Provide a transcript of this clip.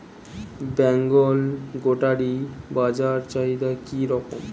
বেঙ্গল গোটারি বাজার চাহিদা কি রকম?